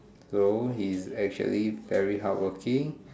so he is actually very hardworking